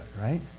right